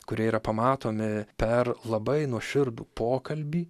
kurie yra pamatomi per labai nuoširdų pokalbį